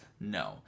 No